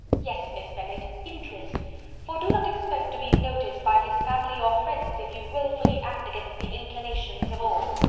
yes, miss bennet, interest for do not expect to be noticed by his family or friends, if you wilfully act against the inclinations of all.